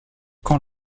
quand